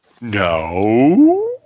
No